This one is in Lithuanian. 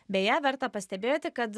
beje verta pastebėti kad